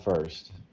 first